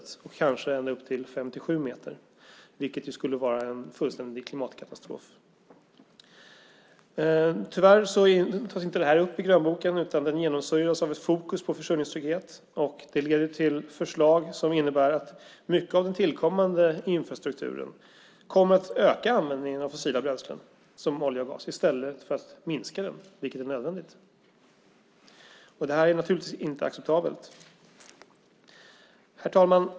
Kanske blir det en höjning med ända upp till fem-sju meter, något som skulle vara en fullständig klimatkatastrof. Tyvärr tas detta inte upp i grönboken, utan den genomsyras av ett fokus på försörjningstrygghet. Det leder till förslag som innebär att mycket av den tillkommande infrastrukturen kommer att bidra till en ökad användning av fossila bränslen såsom olja och gas - detta i stället för att minska den användningen, vilket är nödvändigt. Detta är naturligtvis inte acceptabelt. Herr talman!